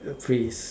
phrase